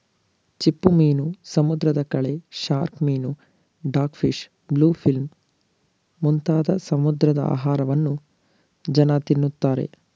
ಚಿಪ್ಪುಮೀನು, ಸಮುದ್ರದ ಕಳೆ, ಶಾರ್ಕ್ ಮೀನು, ಡಾಗ್ ಫಿಶ್, ಬ್ಲೂ ಫಿಲ್ಮ್ ಮುಂತಾದ ಸಮುದ್ರದ ಆಹಾರವನ್ನು ಜನ ತಿನ್ನುತ್ತಾರೆ